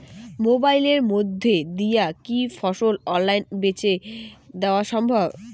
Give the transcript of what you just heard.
মোবাইলের মইধ্যে দিয়া কি ফসল অনলাইনে বেঁচে দেওয়া সম্ভব?